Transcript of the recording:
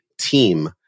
team